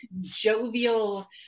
jovial